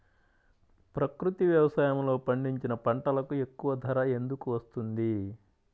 ప్రకృతి వ్యవసాయములో పండించిన పంటలకు ఎక్కువ ధర ఎందుకు వస్తుంది?